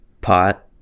pot